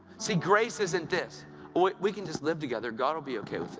see, grace isn't this we can just live together, god will be ok with it.